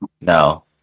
No